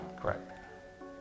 correct